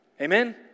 Amen